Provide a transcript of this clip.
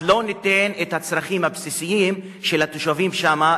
אז לא ניתן את הצרכים הבסיסיים של התושבים שם,